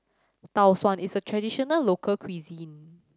Tau Suan is a traditional local cuisine